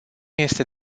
este